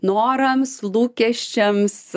norams lūkesčiams